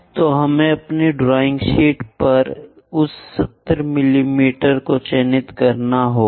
तो हमें अपनी ड्राइंग शीट पर उस 70 मिमी को चिह्नित करना होगा